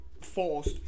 forced